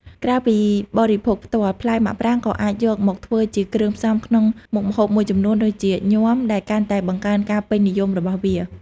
ក្រៅពីបរិភោគផ្ទាល់ ផ្លែមាក់ប្រាងក៏អាចយកមកធ្វើជាគ្រឿងផ្សំក្នុងមុខម្ហូបមួយចំនួនដូចជាញាំ ដែលកាន់តែបង្កើនការពេញនិយមរបស់វា។